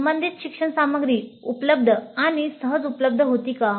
संबंधित शिक्षण सामग्री उपलब्ध आणि सहज उपलब्ध होती का